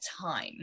time